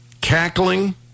cackling